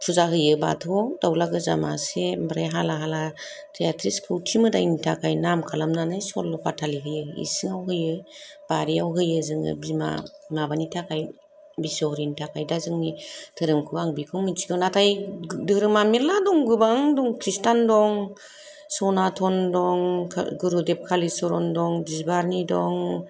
फुजा होयो बाथौआव दाउला गोजा मासे ओमफ्राय हाला हाला तेत्रिस कौटि मोदाइनि थाखाय नाम खालामनानै सल' बाथा लिरहोयो इसिङाव होयो बारिआव होयो जोङो बिमा माबानि थाखाय बिस'हरिनि थाखाय दा जोंनि धोरोमखौ आं बेखौ मिन्थिगौ नाथाय धोरोमा मेल्ला दं गोबां दं खृष्टान दं सनातन दं गुरुदेब कालिचरन दं बिबारनि दं